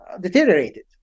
Deteriorated